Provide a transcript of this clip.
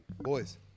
boys